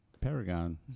Paragon